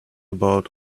about